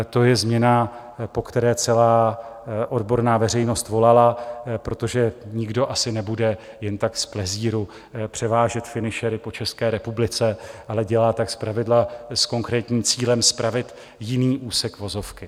To je změna, po které celá odborná veřejnost volala, protože nikdo asi nebude jen tak z plezíru převážet finišery po České republice, ale dělá tak zpravidla s konkrétním cílem spravit jiný úsek vozovky.